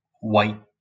white